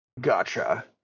Gotcha